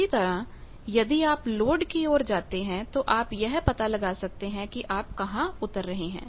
इसी तरह यदि आप लोड की ओर जाते हैं तो आप यह पता लगा सकते हैं कि आप कहां उतर रहे हैं